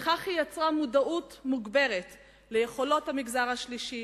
ובכך היא יצרה מודעות מוגברת ליכולות המגזר השלישי